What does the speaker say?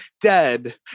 dead